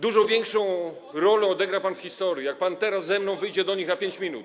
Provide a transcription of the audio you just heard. dużo większą rolę odegra pan w historii, jak pan teraz ze mną wyjdzie do nich na 5 minut.